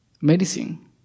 medicine